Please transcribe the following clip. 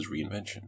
reinvention